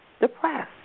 depressed